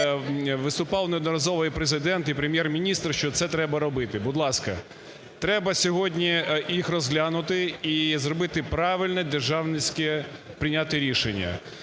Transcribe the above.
виступав неодноразово і Президент, і Прем’єр-міністр, що це треба робити. Будь ласка, треба сьогодні їх розглянути і зробити правильне державницьке, прийняти рішення,